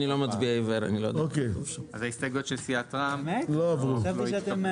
הצבעה ההסתייגויות שלהם לא עברו.